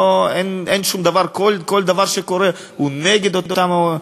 כל דבר שקורה הוא נגד אותם עולים.